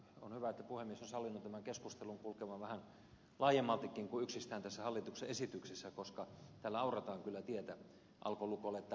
on hyvä että puhemies on sallinut tämän keskustelun kulkevan vähän laajemmaltikin kuin yksistään tässä hallituksen esityksessä koska tällä aurataan kyllä tietä alkolukolle tai päihdelukolle